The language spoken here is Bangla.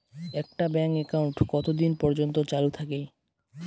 একটা ব্যাংক একাউন্ট কতদিন পর্যন্ত চালু থাকে?